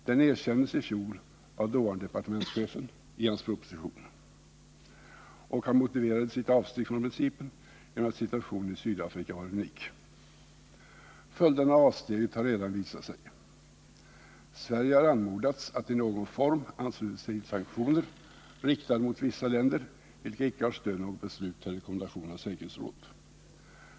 Den erkändes i fjol av dåvarande departementschefen i hans proposition, och han motiverade sitt avsteg från principen med att situationen i Sydafrika var unik. Följden av avsteget har redan visat sig. Sverige har anmodats att i någon form ansluta sig till sanktioner riktade mot vissa länder, sanktioner som icke har stöd i något beslut eller någon rekommendation av säkerhetsrådet.